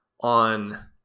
on